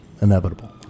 inevitable